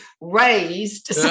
raised